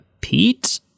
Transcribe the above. Pete